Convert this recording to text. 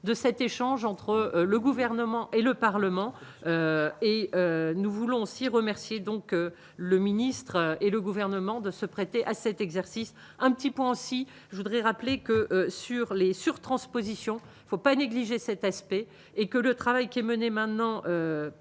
de cet échange entre le gouvernement et le Parlement, et nous voulons aussi remercier donc le ministre et le gouvernement de se prêter à cet exercice un petit point si je voudrais rappeler que sur les surtranspositions, il ne faut pas négliger cet aspect et que le travail qui est maintenant